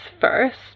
first